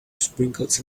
sprinkles